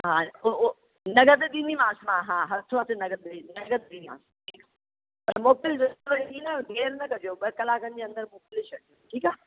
हा पोइ नगद ॾींदीमांस मां हा हथो हथ नगद ॾींदीमांस नगद ॾींदीमांस त मोकिलिजो देरि न कजो ॿ कलाकनि जे अंदरि मोकिले छॾिजो ठीकु आहे